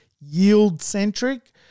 yield-centric